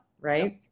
right